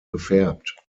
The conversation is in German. gefärbt